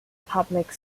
public